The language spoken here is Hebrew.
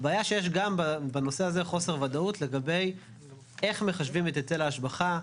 הבעיה שיש גם בנושא הזה חוסר ודאות לגבי איך מחשבים את היטל ההשבחה.